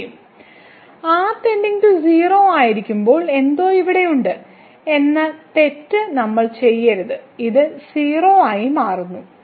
r → 0 ആയിരിക്കുമ്പോൾ എന്തോ ഇവിടെയുണ്ട് എന്ന തെറ്റ് നമ്മൾ ചെയ്യരുത് ഇത് 0 ആയി മാറുന്നു